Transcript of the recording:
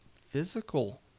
physical